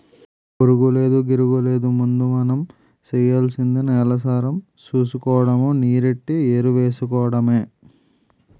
పురుగూలేదు, గిరుగూలేదు ముందు మనం సెయ్యాల్సింది నేలసారం సూసుకోడము, నీరెట్టి ఎరువేసుకోడమే